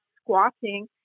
squatting